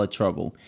trouble